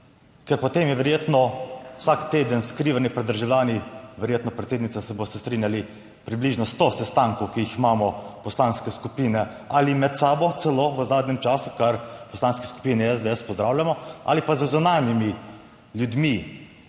ker potem je verjetno vsak teden skrivanje pred državljani, verjetno, predsednica, se boste strinjali, približno sto sestankov, ki jih imamo poslanske skupine ali med sabo celo v zadnjem času, kar v Poslanski skupini SDS pozdravljamo, ali pa z zunanjimi ljudmi,